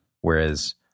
Whereas